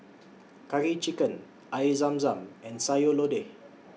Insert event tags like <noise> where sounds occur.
<noise> Curry Chicken Air Zam Zam and Sayur Lodeh <noise>